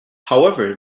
however